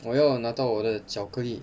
我要拿到我的巧克力